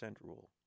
rule